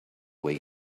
way